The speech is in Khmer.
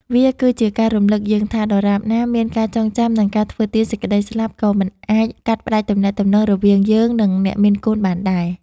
វាគឺជាការរំឮកយើងថា ដរាបណាមានការចងចាំ និងការធ្វើទាន សេចក្ដីស្លាប់ក៏មិនអាចកាត់ផ្ដាច់ទំនាក់ទំនងរវាងយើង និងអ្នកមានគុណបានដែរ។